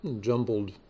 jumbled